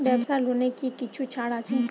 ব্যাবসার লোনে কি কিছু ছাড় আছে?